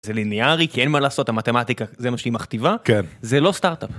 זה ליניארי כי אין מה לעשות המתמטיקה, זה מה שהיא מכתיבה. כן. זה לא סטארט-אפ.